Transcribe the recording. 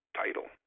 title